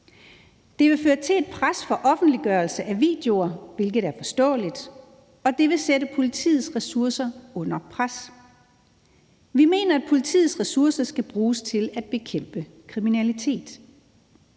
Det vil føre til et pres for offentliggørelse af videoer, hvilket er forståeligt, og det vil sætte politiets ressourcer under pres. Vi mener, at politiets ressourcer skal bruges til at bekæmpe kriminalitet.